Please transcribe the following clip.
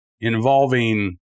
involving